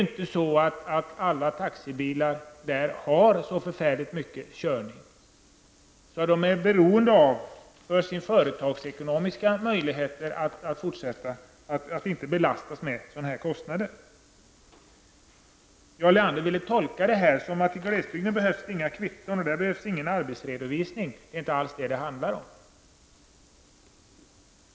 Inte alla taxibilar i glesbygden har ju så särskilt mycket körning. De företagsekonomiska möjligheterna att fortsätta är därför beroende av att man inte belastas med sådana här kostnader. Jarl Lander ville tolka detta så att det i glesbygden inte behövs kvitton och arbetsredovisning. Det är inte alls det som det handlar om.